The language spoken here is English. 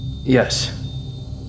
Yes